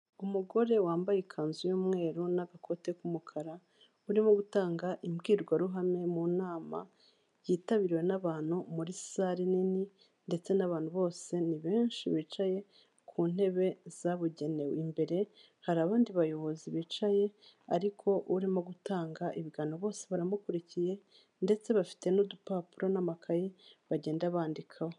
Umugore wambaye ikanzu y'umweru n'agakote k'umukara, urimo gutanga imbwirwaruhame mu nama yitabibiriwe n'abantu muri sale nini ndetse n'abantu bose ni benshi, bicaye ku ntebe zabugenewe, imbere hari abandi bayobozi bicaye ariko urimo gutanga ibiganiro, bose baramukurikiye ndetse bafite n'udupapuro n'amakayi bagenda bandikaho.